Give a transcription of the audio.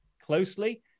closely